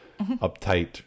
uptight